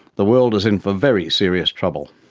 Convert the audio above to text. the world is in for very serious trouble.